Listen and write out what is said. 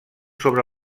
sobre